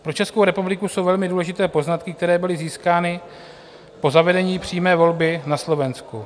Pro Českou republiku jsou velmi důležité poznatky, které byly získány po zavedení přímé volby na Slovensku.